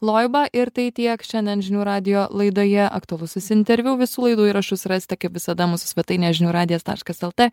loiba ir tai tiek šiandien žinių radijo laidoje aktualusis interviu visų laidų įrašus rasite kaip visada mūsų svetainė žinių radijas taškas lt